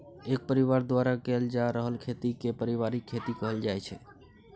एक परिबार द्वारा कएल जा रहल खेती केँ परिबारिक खेती कहल जाइत छै